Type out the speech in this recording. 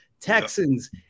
texans